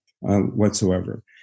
whatsoever